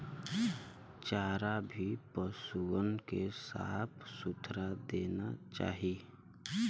चारा भी पसुअन के साफ सुथरा देना चाही